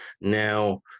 Now